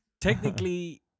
technically